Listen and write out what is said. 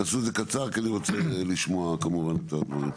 תעשו את זה קצר כי אני רוצה לשמוע כמובן את הדברים.